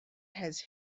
has